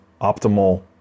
optimal